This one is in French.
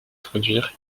produire